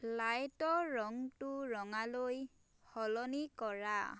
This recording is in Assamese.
লাইটৰ ৰংটো ৰঙালৈ সলনি কৰা